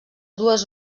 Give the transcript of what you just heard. dues